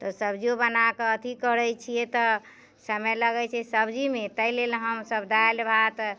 तऽ सब्जियो बना कऽ अथि करैत छियै तऽ समय लगैत छै सब्जीमे ताहि लेल हमसभ दालि भात